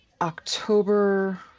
October